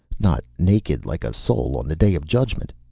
not naked like a soul on the day of judgment.